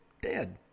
Dead